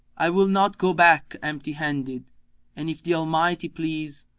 i will not go back empty handed and, if the almighty please,